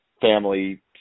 family